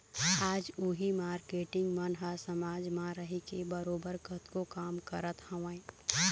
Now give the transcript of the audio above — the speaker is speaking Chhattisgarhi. आज उही मारकेटिंग मन ह समाज म रहिके बरोबर कतको काम करत हवँय